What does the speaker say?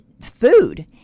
food